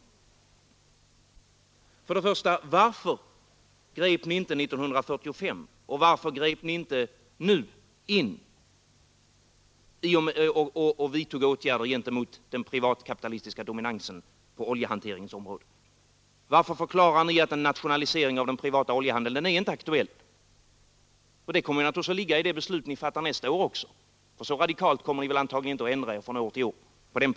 Varför grep ni för det första inte in 1945, och varför grep ni inte in nu och vidtog åtgärder gentemot den privatkapitalistiska dominansen på oljehanteringens område? Varför förklarade ni att en nationalisering av den privata oljehandeln inte är aktuell? Också vid nästa års beslut kommer ni väl att ha den ståndpunkten, eftersom ni säkert inte kommer att ändra er så radikalt på den punkten från ett år till ett annat att en nationalisering blir aktuell.